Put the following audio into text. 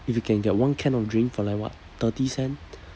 if you can get one can drink for like what thirty cent